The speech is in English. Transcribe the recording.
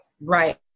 right